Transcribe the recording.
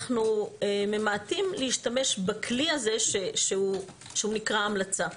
ממעטים להשתמש בכלי הזה שנקרא המלצה,